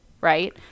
right